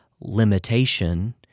limitation